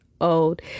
old